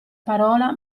parola